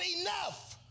enough